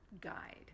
guide